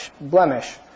blemish